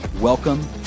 Welcome